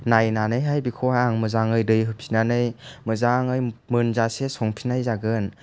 नायनानैहाय बेखौहाय आं मोजाङै दै होफिननानै मोजाङै मोनजासे संफिननाय जागोन